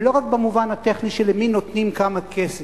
ולא רק במובן הטכני של למי נותנים כמה כסף,